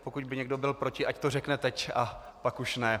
Pokud by někdo byl proti, ať to řekne teď, a pak už ne.